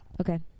Okay